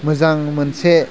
मोजां मोनसे